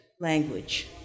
language